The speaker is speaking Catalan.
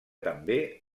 també